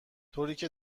طوریکه